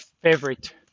favorite